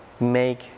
make